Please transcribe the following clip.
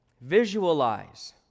Visualize